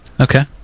Okay